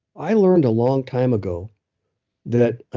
i learned a long time ago that